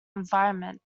environment